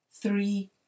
three